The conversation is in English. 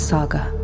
Saga